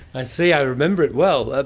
i see, i remember it well.